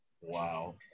Wow